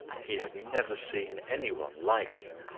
he had never seen any one like him.